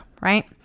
right